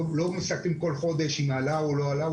לא מסתכלים בכל חודש אם היא עלתה או לא עלתה,